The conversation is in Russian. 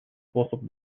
способ